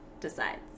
decides